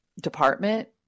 department